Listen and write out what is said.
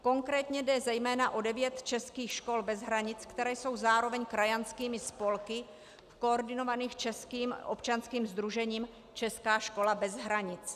Konkrétně jde zejména o devět českých škol bez hranic, které jsou zároveň krajanskými spolky, koordinovaných českým občanským sdružením Česká škola bez hranic.